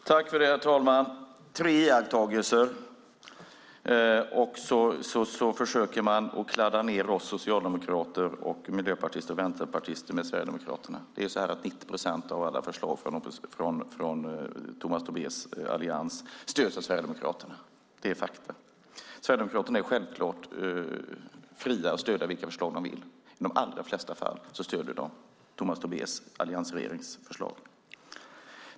Herr talman! Tomas Tobé har gjort tre iakttagelser och försöker kladda ned Socialdemokraterna, Miljöpartiet och Vänsterpartiet med Sverigedemokraterna. 90 procent av alla förslag från Alliansen stöds av Sverigedemokraterna; det är fakta. Sverigedemokraterna är självklart fria att stödja vilka förslag de vill, och i de allra flesta fall stöder de alliansregeringens förslag.